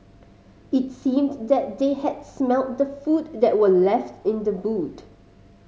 its seemed that they had smelt the food that were left in the boot